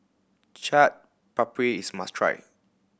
Chaat Papri is a must try